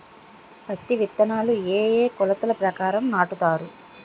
పత్తి విత్తనాలు ఏ ఏ కొలతల ప్రకారం నాటుతారు?